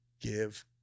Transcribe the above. give